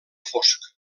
fosc